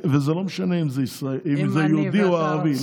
וזה לא משנה אם זה יהודי או ערבי.